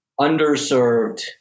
underserved